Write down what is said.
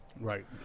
Right